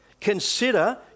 Consider